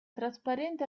trasparente